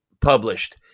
published